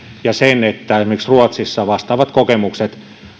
sekä siitä että esimerkiksi ruotsissa vastaavat kokemukset